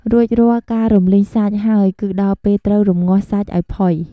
រួចរាល់ការរំលីងសាច់ហើយ គឺដល់ពេលត្រូវ រម្ងាស់សាច់ឱ្យផុយ។